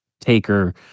taker